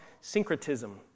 syncretism